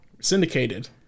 Syndicated